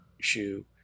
shoe